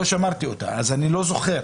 ולא שמרתי אותה אז אני לא זוכר.